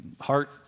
heart